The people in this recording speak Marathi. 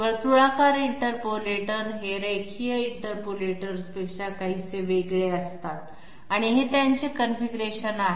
वर्तुळाकार इंटरपोलेटर ते लिनिअर इंटरपोलेटर्सपेक्षा काहीसे वेगळे असतात हे त्यांचे कॉन्फिगरेशन आहे